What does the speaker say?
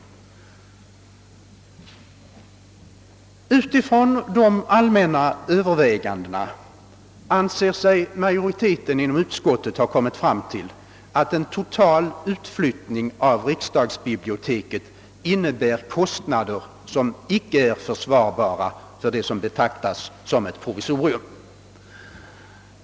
Utifrån dessa allmänna överväganden anser sig utskottsmajoriteten ha kommit fram till att en total utflyttning av riksdagsbiblioteket innebär kostnader som inte är försvarbara för vad som betraktas såsom ett provisorium.